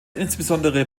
insbesondere